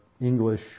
English